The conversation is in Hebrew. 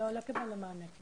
לא קיבלנו מענה.